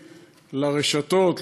לרשתות,